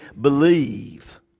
believe